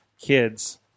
kids